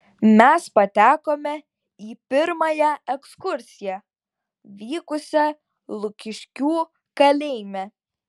mes patekome į pirmąją ekskursiją vykusią lukiškių kalėjime